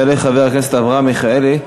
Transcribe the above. יעלה חבר הכנסת אברהם מיכאלי.